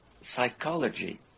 psychology